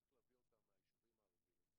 צריך להביא אותם מהיישובים הערביים.